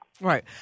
Right